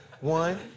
One